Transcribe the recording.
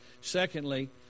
Secondly